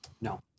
No